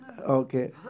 Okay